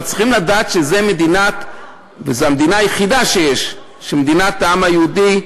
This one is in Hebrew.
אבל צריכים לדעת שזו המדינה היחידה שיש שהיא מדינת העם היהודי.